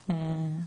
ושוב,